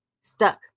stuck